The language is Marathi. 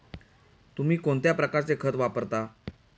तुम्ही कोणत्या प्रकारचे खत वापरता?